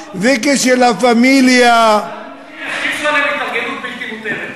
וכש"לה-פמיליה" התארגנות בלתי מותרת.